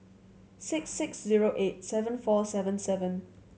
six six zero eight seven four seven seven